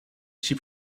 she